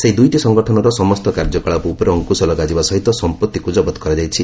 ସେହି ଦୁଇଟି ସଂଗଠନର ସମସ୍ତ କାର୍ଯ୍ୟକଳାପ ଉପରେ ଅଙ୍କୁଶ ଲଗାଯିବା ସହିତ ସଂପତ୍ତିକ୍ ଜବତ କରାଯାଇଛି